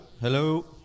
Hello